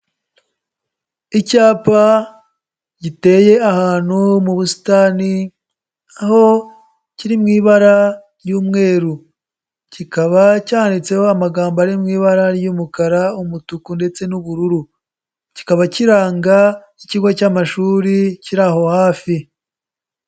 Icyapa giteye ahantu mu busitani aho kiri mu ibara ry'umweru, kikaba cyanditseho amagambo ari mu ibara ry'umukara, umutuku ndetse n'ubururu, kikaba kiranga ikigo cy'amashuri kiri aho hafi.